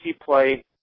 play